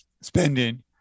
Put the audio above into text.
spending